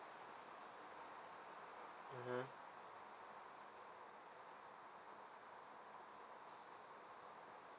mmhmm